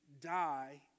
die